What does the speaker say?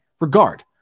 regard